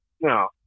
No